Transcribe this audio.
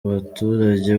baturage